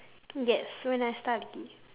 yes when I study